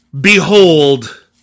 Behold